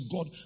God